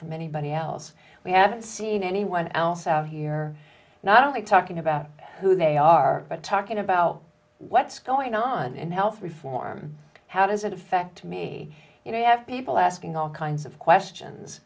from anybody else we haven't seen anyone else out here not only talking about who they are but talking about what's going on in health reform how does it affect me you know i have people asking all kinds of questions